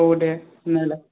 आव दे नायलाय